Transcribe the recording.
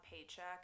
paycheck